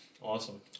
Awesome